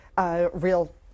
real